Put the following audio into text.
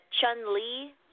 Chun-Li